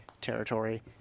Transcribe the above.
territory